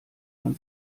man